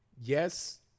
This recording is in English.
Yes